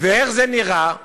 ואיך זה נראה,